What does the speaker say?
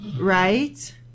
right